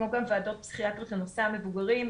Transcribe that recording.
כמו גם ועדות פסיכיאטריות לנושא המבוגרים,